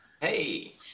Hey